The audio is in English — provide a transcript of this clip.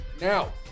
Now